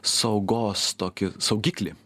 saugos tokį saugiklį